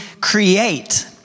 create